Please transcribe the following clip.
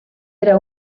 era